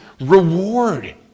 reward